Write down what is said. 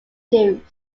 produced